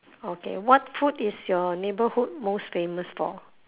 okay what food is your neighborhood most famous for